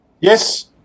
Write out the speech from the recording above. Yes